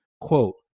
quote